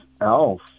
Elf